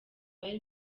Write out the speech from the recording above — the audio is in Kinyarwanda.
bari